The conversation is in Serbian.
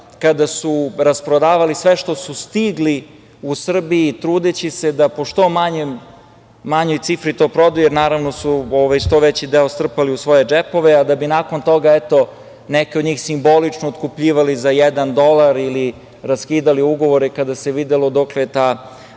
kada su rasprodavali sve što su stigli u Srbiji, trudeći se da po što manjoj cifri to prodaju, jer naravno veći deo su strpali u svoje džepove, a da bi nakon toga neki od njih simbolično otkupljivali za jedan dolar ili raskidali ugovore kada se videlo dokle je ta